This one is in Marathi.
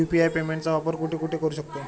यु.पी.आय पेमेंटचा वापर कुठे कुठे करू शकतो?